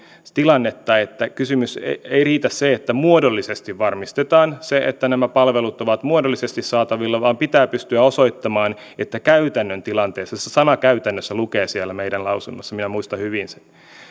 tilannetta että ei riitä se että varmistetaan se että nämä palvelut ovat muodollisesti saatavilla vaan se pitää pystyä osoittamaan käytännön tilanteessa se sana käytännössä lukee siellä meidän lausunnossamme minä muistan hyvin sen täällä